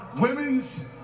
women's